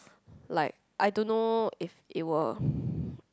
like I don't know if it will